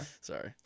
Sorry